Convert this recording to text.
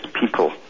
people